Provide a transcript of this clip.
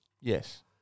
Yes